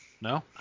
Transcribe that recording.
No